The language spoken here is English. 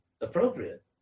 appropriate